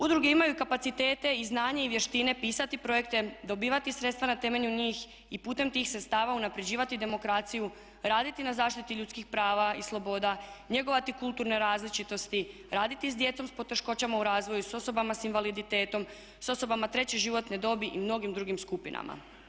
Udruge imaju kapacitete i znanje i vještine pisati projekte, dobivati sredstva na temelju njih i putem tih sredstava unapređivati demokraciju, raditi na zaštiti ljudskih prava i sloboda, njegovati kulturne različitosti, raditi s djecom s poteškoćama u razvoju, sa osobama sa invaliditetom, sa osobama treće životne dobi i mnogim drugim skupinama.